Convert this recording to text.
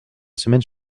semaine